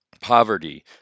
Poverty